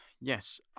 Yes